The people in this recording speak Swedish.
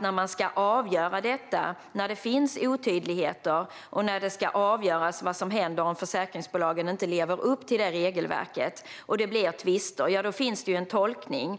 När man ska avgöra otydligheter eller vad som ska hända när försäkringsbolagen inte lever upp till regelverket och det blir tvister, ja, då finns en tolkning